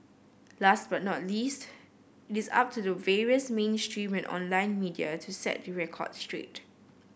last but not least it is up to the various mainstream and online media to set the record straight